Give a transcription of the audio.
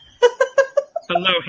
Hello